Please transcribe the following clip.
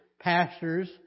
pastors